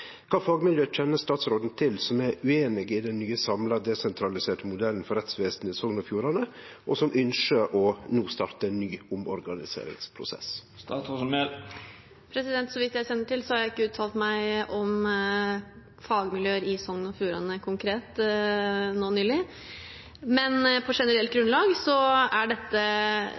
Kva fagmiljø kjenner statsråden til som er ueinige i den nye samla desentraliserte modellen for rettsvesenet i Sogn og Fjordane, og som ynskjer å starte ein ny omorganiseringsprosess?» Så vidt jeg kjenner til, har jeg ikke uttalt meg om fagmiljø i Sogn og Fjordane konkret nå nylig, men på generelt grunnlag er